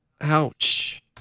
Ouch